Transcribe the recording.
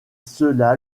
cela